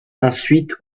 ensuite